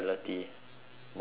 morality